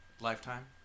lifetime